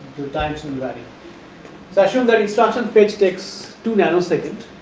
the time similarity. so, assume that instruction page takes two nano second